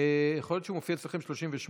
יכול להיות שהוא מופיע אצלכם 38,